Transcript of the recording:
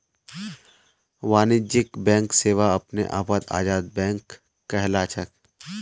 वाणिज्यिक बैंक सेवा अपने आपत आजाद बैंक कहलाछेक